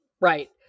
Right